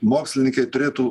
mokslininkai turėtų